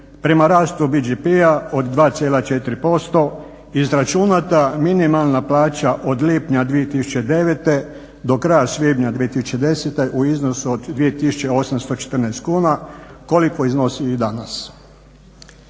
prema rastu BDP-a od 2,4% izračunata minimalna plaća od lipnja 2000. do kraja svibnja 2010. u iznosu od 2814 kuna koliko iznosi i danas.